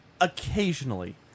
occasionally